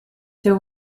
there